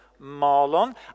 Marlon